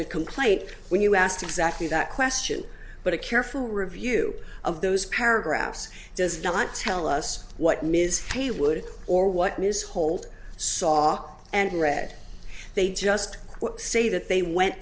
amended complaint when you asked exactly that question but a careful review of those paragraphs does not tell us what ms would or what news hold saw and read they just say that they went